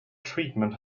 treatment